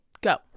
Go